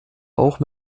auch